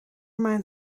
mijn